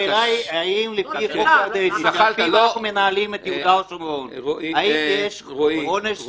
השאלה היא האם לפי החוק הירדני, האם יש עונש מוות?